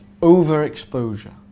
overexposure